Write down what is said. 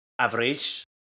average